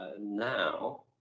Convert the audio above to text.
Now